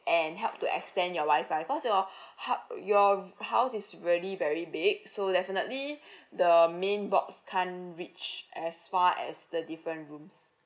and help to extend your wi-fi cause your hou~ your house is really very big so definitely the main box can't reach as far as the different rooms